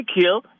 kill